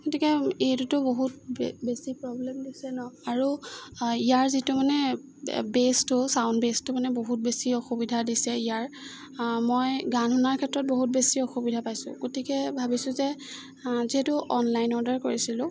গতিকে এইটোতো বহুত বে বেছি প্ৰব্লেম দিছে ন আৰু ইয়াৰ যিটো মানে বে'ছটো চাউণ্ড বে'ছটো মানে বহুত বেছি অসুবিধা দিছে ইয়াৰ মই গান শুনাৰ ক্ষেত্ৰত বহুত বেছি অসুবিধা পাইছোঁ গতিকে ভাবিছোঁ যে যিহেতু অনলাইন অৰ্ডাৰ কৰিছিলোঁ